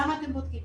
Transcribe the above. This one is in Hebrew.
למה אתם בודקים?